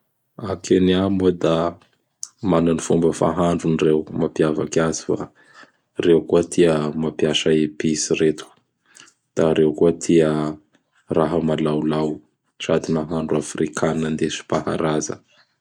A kenya moa da mana gny fomba fahandrony reo mapiavaky azy fa reo koa tia mapiasa episy reto; da reo koa tia raha malaolao sady nahandro Afrikanina nindesim-paharaza.